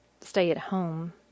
stay-at-home